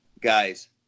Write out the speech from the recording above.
guys